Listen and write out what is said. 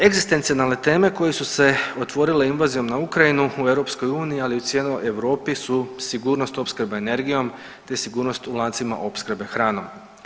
Egzistencijalne teme koje su se otvorile invazijom na Ukrajinu u EU, ali u cijeloj Europi su sigurnost, opskrba energijom te sigurnost u lancima opskrbe hranom.